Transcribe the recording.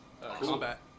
Combat